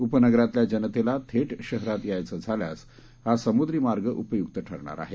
उपनगरातल्या जनतेला थेट शहरात यायचे झाल्यास हा समुद्री मार्ग उपयुक्त ठरणार आहे